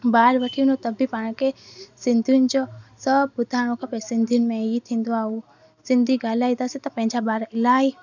ॿाहिर वठी वञो त बि पाण खे सिंधियुनि जो सभु ॿुधाइणो खपे सिंधियुनि में ही थींदो आहे हू सिंधी ॻाल्हाईंदासीं त पंहिंजा ॿार इलाही